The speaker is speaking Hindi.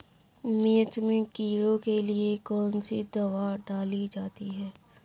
मिर्च में कीड़ों के लिए कौनसी दावा डाली जाती है?